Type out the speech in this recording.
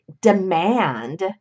demand